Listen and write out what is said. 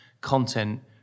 content